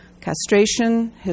castration